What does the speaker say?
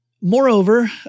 Moreover